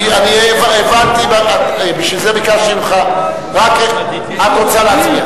הבנתי, בגלל זה ביקשתי ממך, את רוצה להצביע?